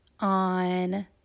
on